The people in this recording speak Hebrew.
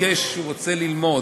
נכונה.